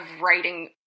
writing